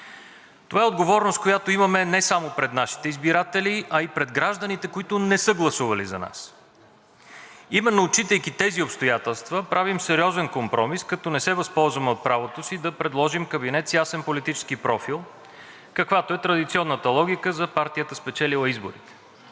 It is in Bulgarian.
Това е отговорност, която имаме не само пред нашите избиратели, а и пред гражданите, които не са гласували за нас. Именно отчитайки тези обстоятелства, правим сериозен компромис, като не се възползваме от правото си да предложим кабинет с ясен политически профил, каквато е традиционната логика за партията, спечелила изборите.